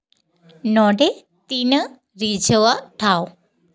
ᱱᱚᱰᱮ ᱛᱤᱱᱟᱹᱜ ᱨᱤᱡᱷᱟᱹᱣᱟᱜ ᱴᱷᱟᱶ